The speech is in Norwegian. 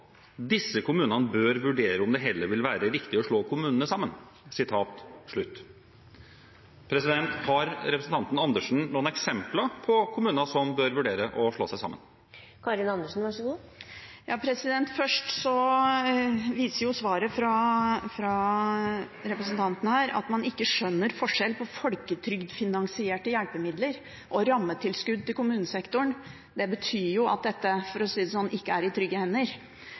Disse kommunene bør vurdere om det heller vil være riktig å slå kommunene sammen.» Har representanten Andersen noen eksempler på kommuner som bør vurdere å slå seg sammen? Først viser spørsmålet fra representanten at man ikke skjønner forskjellen på folketrygdfinansierte hjelpemidler og rammetilskudd til kommunesektoren. Det betyr at dette – for å si det sånn – ikke er i trygge hender.